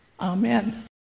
Amen